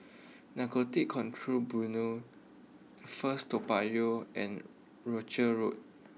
Narcotics Control Bureau first Toa Payoh and Rochor Road